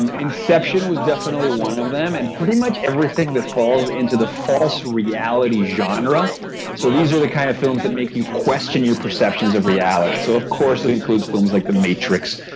um inception was definitely one of them. and pretty much everything that falls into the false reality genre so these are the kind of films that make you question your perceptions of reality. so of course it includes thing like the matrix.